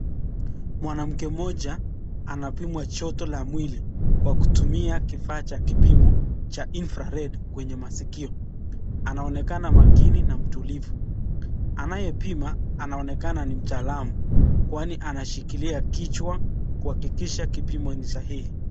Mwanamke mmoja anapimwa joto la mwili kwa kutumia kifaa cha kipimo cha infared kwenye maskio anaonekana makini na mtulivu. Anayepima inaonekana ni mtaalam kwani anashikilia kichwa kuhakikisha kipimo ni sahihi.